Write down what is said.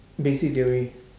basic theory